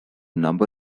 number